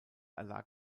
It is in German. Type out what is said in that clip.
erlag